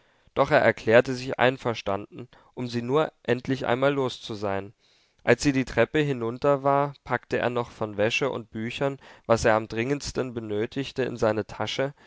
doch er erklärte sich einverstanden um sie nur endlich einmal los zu sein als sie die treppe hinunter war packte er noch von wäsche und büchern was er am dringendsten benötigte in seine tasche